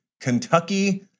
Kentucky